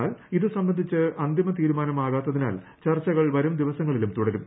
എന്നാൽ ഇത് സംബന്ധിച്ച് അന്തിമ തീരുമാനം ആകാത്തതിനാൽ ചർച്ചകൾ വരുംദിവസ ങ്ങളിലും തുടരും